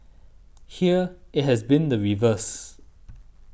here it has been the reverse